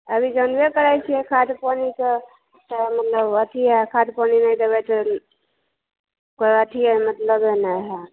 अभी जानबे करै छियै खाद पानिके तऽ मतलब अथि हइ खाद पानि नहि देबै तऽ कोई अथिये मतलबे नहि हइ